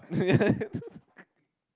yes